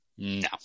No